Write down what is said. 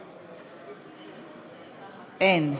אין.